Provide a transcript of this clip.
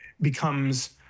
becomes